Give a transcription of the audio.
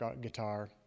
guitar